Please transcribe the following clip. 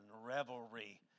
revelry